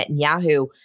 Netanyahu